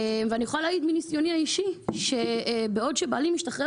אני יכולה להעיד מניסיוני האישי שבעוד שבעלי משתחרר